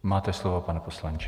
Máte slovo, pane poslanče.